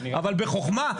אבל בחוכמה,